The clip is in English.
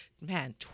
Man